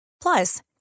Plus